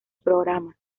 programa